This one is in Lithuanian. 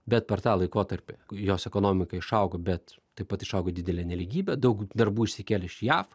bet per tą laikotarpį jos ekonomika išaugo bet taip pat išaugo didelė nelygybė daug darbų išsikėlė iš jav